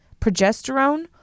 progesterone